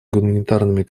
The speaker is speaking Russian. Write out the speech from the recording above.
гуманитарными